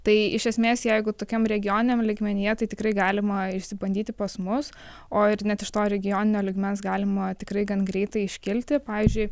tai iš esmės jeigu tokiam regioniniam lygmenyje tai tikrai galima išsibandyti pas mus o ir net iš to regioninio lygmens galima tikrai gan greitai iškilti pavyzdžiui